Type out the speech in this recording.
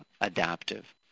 adaptive